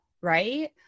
right